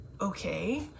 Okay